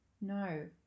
No